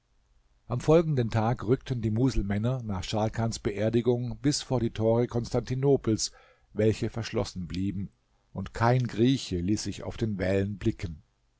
am folgenden tag rückten die muselmänner nach scharkans beerdigung bis vor die tore konstantinopels welche verschlossen blieben und kein grieche ließ sich auf den wällen blicken